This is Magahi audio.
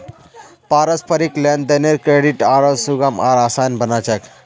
पारस्परिक लेन देनेर क्रेडित आरो सुगम आर आसान बना छेक